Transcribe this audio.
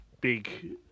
big